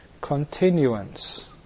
continuance